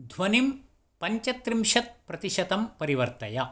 ध्वनिं पञ्चत्रिंशत् प्रतिशतं परिवर्तय